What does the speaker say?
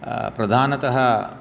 प्रधानतः